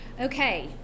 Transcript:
Okay